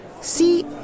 See